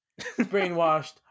Brainwashed